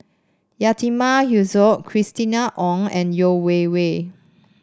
Yatiman Yusof Christina Ong and Yeo Wei Wei